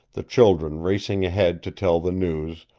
the children racing ahead to tell the news,